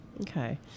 Okay